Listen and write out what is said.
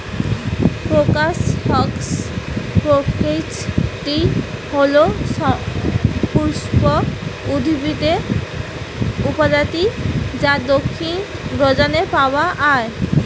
crocus হসকনেইচটি হল সপুষ্পক উদ্ভিদের প্রজাতি যা দক্ষিণ জর্ডানে পাওয়া য়ায়